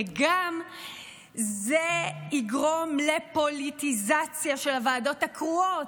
וזה גם יגרום לפוליטיזציה של הוועדות הקרואות.